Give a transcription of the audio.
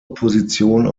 position